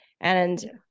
and-